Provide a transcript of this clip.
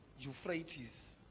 euphrates